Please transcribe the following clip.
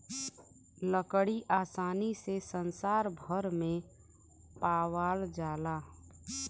लकड़ी आसानी से संसार भर में पावाल जाला